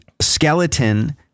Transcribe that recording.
skeleton